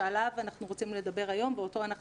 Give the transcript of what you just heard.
שעליו אנחנו רוצים לדבר היום ואותו אנחנו